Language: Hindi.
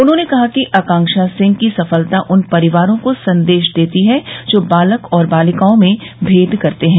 उन्होंने कहा कि आकाक्षा सिंह की सफलता उन परिवारों को संदेश देती है जो लोग बालक बालिकाओं में मेद करते हैं